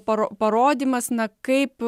paro parodymas na kaip